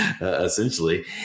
essentially